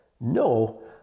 no